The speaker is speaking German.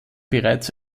bereits